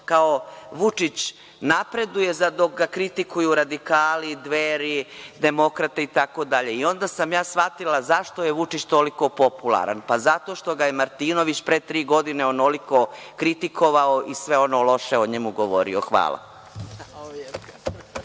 kao Vučić napreduje dok ga kritikuju radikali, Dveri, demokrate, itd, i onda sam ja shvatila zašto je Vučić toliko popularan. Pa zato što ga je Martinović pre tri godine onoliko kritikovao i sve ono loše o njemu govorio. Hvala.